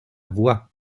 voix